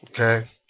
okay